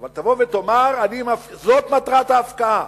אבל תבוא ותאמר: זאת מטרת ההפקעה.